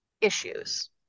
issues